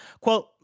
Quote